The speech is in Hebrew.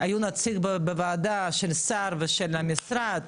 היה נציג בוועדה של השר ושל המשרד,